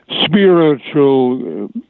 spiritual